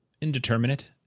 indeterminate